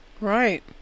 Right